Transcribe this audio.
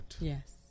Yes